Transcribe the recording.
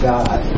God